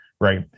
Right